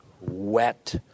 wet